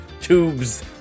tubes